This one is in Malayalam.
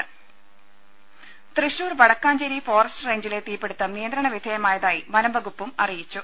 രുവ്പ്പെടു തൃശൂർ വടക്കാഞ്ചേരി ഫോറസ്റ്റ് റെയ്ഞ്ചിലെ തീപ്പിടിത്തം നിയന്ത്രണ വിധേയമായതായി വനംവകുപ്പും അറിയിച്ചു